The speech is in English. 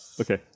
Okay